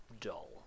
dull